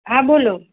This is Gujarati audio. હા બોલો